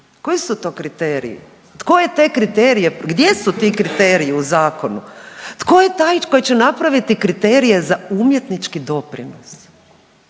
tko je te kriterije, gdje su ti kriteriji u zakonu, tko je taj koji će napraviti kriterije za umjetnički doprinos,